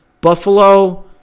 Buffalo